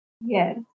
Yes